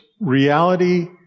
reality